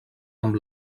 amb